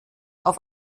auf